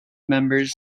members